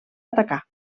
atacar